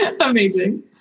amazing